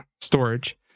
storage